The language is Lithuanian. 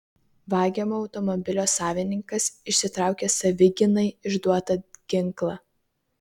vagiamo automobilio savininkas išsitraukė savigynai išduotą ginklą